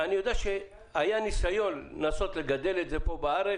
אני יודע שהיה ניסיון לנסות לגדל את זה פה בארץ.